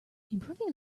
improving